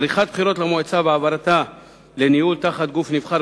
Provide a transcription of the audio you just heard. עריכת בחירות למועצה והעברתה לניהול תחת גוף נבחר